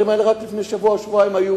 רק לפני שבוע או שבועיים הדברים הועלו